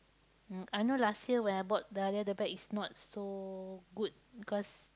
uh I know last year when I bought the Alia the bag is not so good because